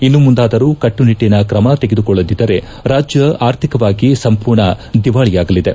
ಇನ್ನು ಮುಂದಾದರೂ ಕಟ್ಟುನಿಟಿನ ಕ್ಕಮ ತೆಗೆದುಕೊಳ್ಳದಿದ್ದರೆ ರಾಜ್ಯ ಆರ್ಥಿಕವಾಗಿ ಸಂಪೂರ್ಣ ದಿವಾಳಿಯಾಗಲಿದೆ